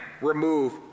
remove